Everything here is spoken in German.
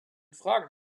fragen